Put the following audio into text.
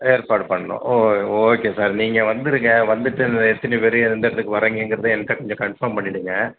ஏற்பாடு பண்ணணும் ஓ ஓகே சார் நீங்கள் வந்துடுங்க வந்துட்டு அந்த எத்தனி பேர் எந்த இடத்துக்கு வரீங்கங்கிறதை எங்கள் கிட்டே கொஞ்சம் கன்ஃபார்ம் பண்ணிவிடுங்க